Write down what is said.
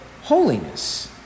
holiness